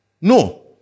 No